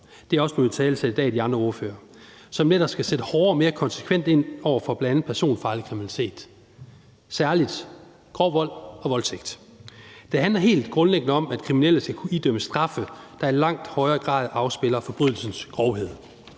det er også blevet italesat i dag af de andre ordførere – som netop skal sætte hårdere og mere konsekvent ind over for bl.a. personfarlig kriminalitet og særlig grov vold og voldtægt. Det handler helt grundlæggende om, at kriminelle skal kunne idømmes straffe, der i langt højere grad afspejler forbrydelsens grovhed.